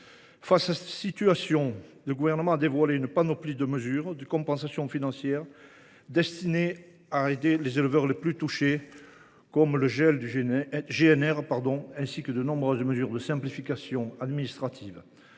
Face à cette situation, le Gouvernement a dévoilé une panoplie de mesures de compensation financière destinées à aider les éleveurs les plus touchés, comme le gel du gazole non routier (GNR), ainsi que de nombreuses mesures de simplification administrative.